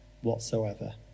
whatsoever